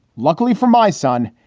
luckily for my son,